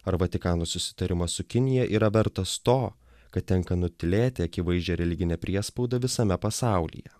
ar vatikano susitarimas su kinija yra vertas to kad tenka nutylėti akivaizdžią religinę priespaudą visame pasaulyje